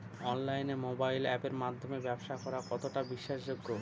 অনলাইনে মোবাইল আপের মাধ্যমে ব্যাবসা করা কতটা বিশ্বাসযোগ্য?